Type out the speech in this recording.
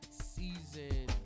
season